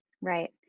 right